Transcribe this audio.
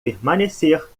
permanecer